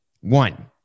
One